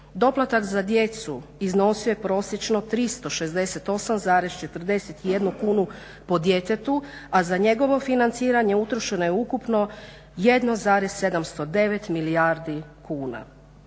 Doplatak za djecu iznosio je prosječno 368,41 kunu po djetetu a za njegovo financiranje utrošeno je ukupno 1,709 milijardi kuna.